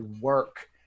work